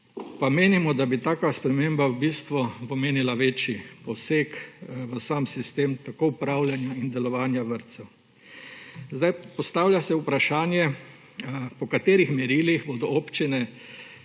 pa menimo, da bi taka sprememba v bistvu pomenila večji poseg v sam sistem upravljanja in delovanja vrtcev. Postavlja se vprašanja, po katerih merilih bodo občine